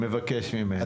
כן.